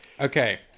Okay